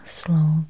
slow